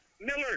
Miller